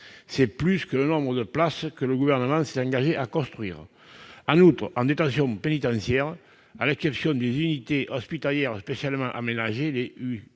C'est plus que le nombre de places que le Gouvernement s'était engagé à construire. En outre, en détention pénitentiaire, à l'exception des unités hospitalières spécialement aménagées, les